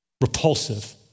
repulsive